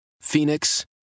Phoenix